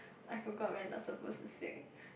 I forgot we are not supposed to sing